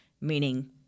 meaning